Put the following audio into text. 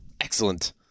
Excellent